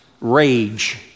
rage